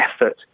effort